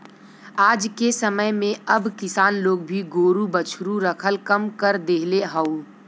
आजके समय में अब किसान लोग भी गोरु बछरू रखल कम कर देहले हउव